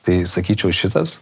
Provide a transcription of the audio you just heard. tai sakyčiau šitas